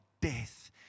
death